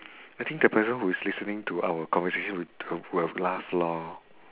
I think the person who's listening to our conversation wou~ wou~ would've laughed lor